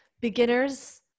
beginners